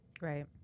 Right